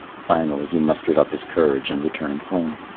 finally, he mustered up his courage and returned home.